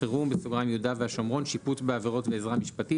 חירום ביהודה ושומרון (שיפוט בעבירות ועזרה משפטית),